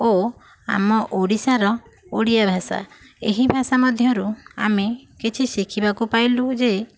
ଓ ଆମ ଓଡ଼ିଶାର ଓଡ଼ିଆ ଭାଷା ଏହି ଭାଷା ମଧ୍ୟରୁ ଆମେ କିଛି ଶିଖିବାକୁ ପାଇଲୁ ଯେ